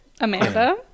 Amanda